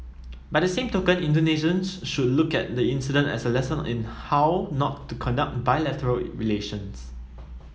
by the same token Indonesians should look at the incident as a lesson in how not to conduct bilateral relations